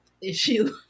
issue